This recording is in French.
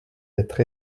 être